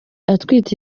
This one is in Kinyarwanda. atwite